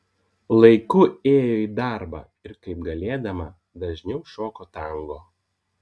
laiku ėjo į darbą ir kaip galėdama dažniau šoko tango